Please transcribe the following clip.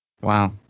Wow